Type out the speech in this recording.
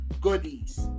goodies